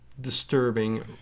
disturbing